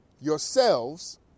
yourselves